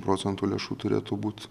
procentų lėšų turėtų būt